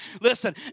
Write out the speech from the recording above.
listen